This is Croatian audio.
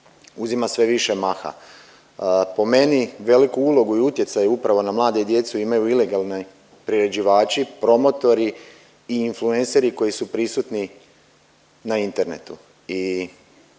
uzima sve više maha. Po meni veliku ulogu i utjecaj upravo na mlade i djecu imaju ilegalni priređivači, promotori i influenceri koji su prisutni na internetu.